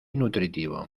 nutritivo